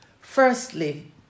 Firstly